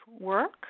work